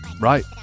right